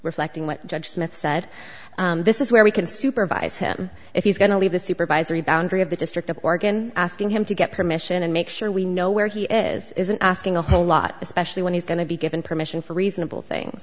reflecting what judge smith said this is where we can supervise him if he's going to leave the supervisory boundary of the district of oregon asking him to get permission and make sure we know where he is isn't asking a whole lot especially when he's going to be given permission for reasonable thing